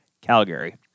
Calgary